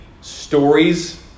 stories